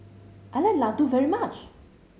I like Ladoo very much